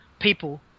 people